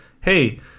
hey